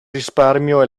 risparmio